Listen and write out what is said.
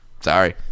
sorry